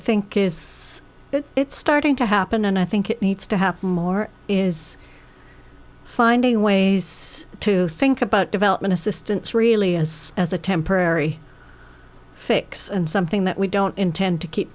think is it's starting to happen and i think it needs to have more is finding ways to think about development assistance really as as a temporary fix and something that we don't intend to keep